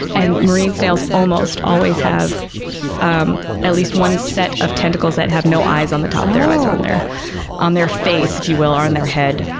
and marine snails almost always have um at least one set of tentacles that have no eyes on the top. their eyes are on their on their face, if you will, or in their head.